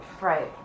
Right